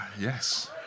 Yes